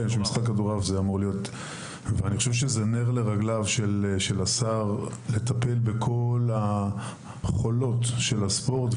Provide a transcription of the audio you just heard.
אני חושב שזה נר לרגליו של השר לטפל בכל החוליים של הספורט,